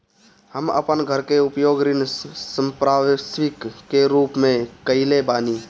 हम अपन घर के उपयोग ऋण संपार्श्विक के रूप में कईले बानी